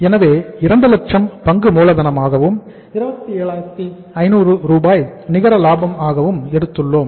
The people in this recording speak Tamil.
எனவே 2 லட்சம் பங்கு மூலதனமாகவும் 27500 ரூபாய் நிகர லாபம் ஆகவும் எடுத்துள்ளோம்